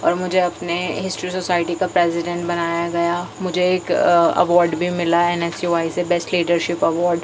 اور مجھے اپنے ہسٹری سوسائٹی کا پریسیڈینٹ بنایا گیا مجھے ایک ایوارڈ بھی ملا این ایس یو آئی سے بیسٹ لیڈر شپ ایوارڈ